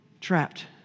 trapped